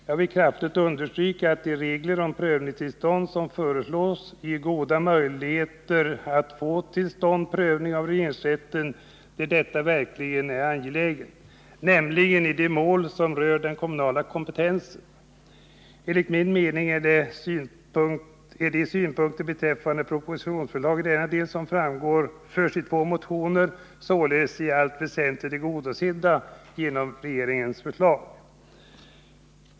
Jag vill kraftigt understryka att de regler om prövningstillstånd som föreslås ger mycket goda möjligheter att få till stånd en prövning av regeringsrätten där detta verkligen är angeläget, nämligen i de mål som rör den kommunala kompetensen. Enligt min mening är de synpunkter beträffande propositionsförslaget i denna del som framförs i två motioner i allt väsentligt tillgodosedda genom regeringens förslag.